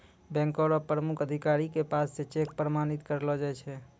बैंको र मुख्य अधिकारी के पास स चेक प्रमाणित करैलो जाय छै